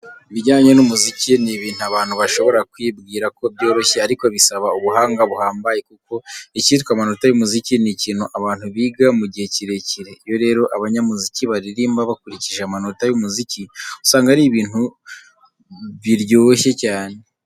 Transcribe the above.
Ibijyanye n'umuziki ni ibintu abantu bashobora kwibwira ko byoroshye ariko bisaba ubuhanga buhambaye, kuko ikitwa amanota y'umuziki ni ikintu abantu biga mu gihe kirekire. Iyo rero abanyamuziki baririmba bakurikije amanota y'umuziki usanga ari ibintu biryoshye cyane.